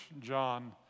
John